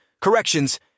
corrections